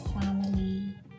family